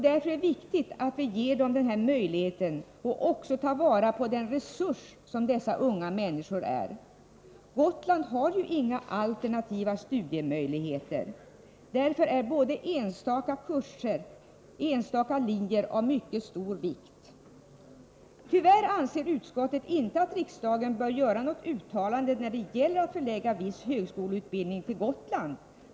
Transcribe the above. Därför är det viktigt att vi ger dem denna möjlighet och också tar vara på den resurs som dessa unga människor är. Gotland har inga alternativa studiemöjligheter. Därför är både enstaka linjer och externa kurser av största vikt. Tyvärr anser utskottet inte att riksdagen bör göra något uttalande när det gäller att förlägga viss högskoleutbildning till Gotland.